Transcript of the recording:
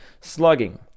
Slugging